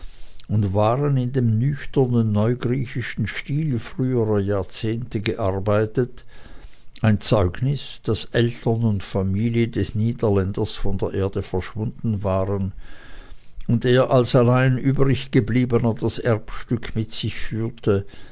und waren in dem nüchternen neugriechischen stile früherer jahrzehnte gearbeitet ein zeugnis daß eltern und familie des niederländers von der erde verschwunden waren und er als allein übriggebliebener das erbstück mit sich führte